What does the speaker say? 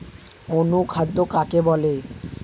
অনুখাদ্য কাকে বলে?